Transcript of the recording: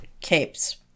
capes